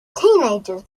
teenagers